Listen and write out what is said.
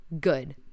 good